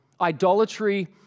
idolatry